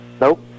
Nope